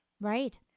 Right